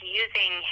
using